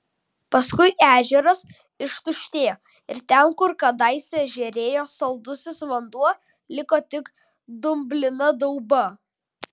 paskui ežeras ištuštėjo ir ten kur kadaise žėrėjo saldusis vanduo liko tik dumblina dauba